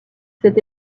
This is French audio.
cet